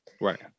Right